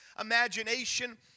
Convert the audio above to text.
imagination